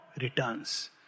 returns